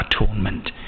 atonement